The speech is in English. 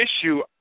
issue